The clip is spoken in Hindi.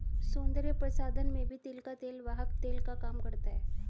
सौन्दर्य प्रसाधन में भी तिल का तेल वाहक तेल का काम करता है